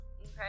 Okay